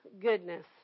goodness